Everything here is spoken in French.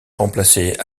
remplaçait